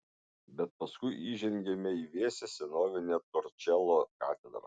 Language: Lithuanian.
bet paskui įžengiame į vėsią senovinę torčelo katedrą